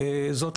אבל שוב,